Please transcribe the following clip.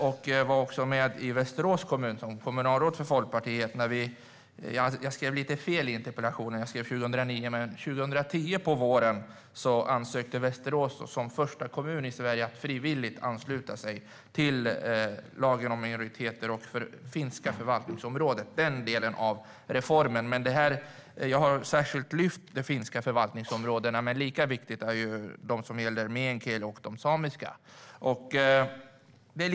Jag var folkpartistiskt kommunalråd i Västerås när Västerås som första kommun i Sverige på våren 2010 ansökte om att frivilligt ansluta sig till lagen om nationella minoriteter och den del av reformen som gäller förvaltningsområden på finska. Jag har särskilt lyft fram de finska förvaltningsområdena, men de för meänkieli och samiska är lika viktiga.